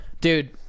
dude